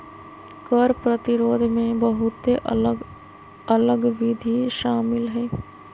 कर प्रतिरोध में बहुते अलग अल्लग विधि शामिल हइ